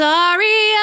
Sorry